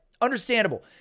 understandable